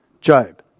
Job